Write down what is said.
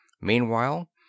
Meanwhile